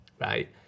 Right